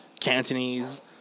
Cantonese